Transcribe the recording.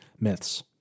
myths